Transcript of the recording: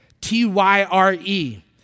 T-Y-R-E